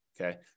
Okay